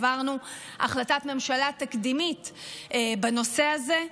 העברנו החלטת ממשלה תקדימית בנושא הזה,